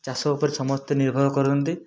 ଚାଷ ଉପରେ ସମସ୍ତେ ନିର୍ଭର କରନ୍ତି